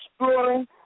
exploring